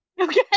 Okay